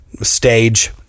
stage